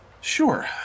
Sure